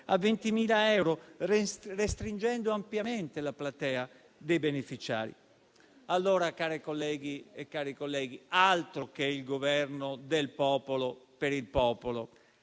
a 20.000 euro, restringendo ampiamente la platea dei beneficiari. Allora, cari colleghi e colleghe, altro che il Governo del popolo per il popolo;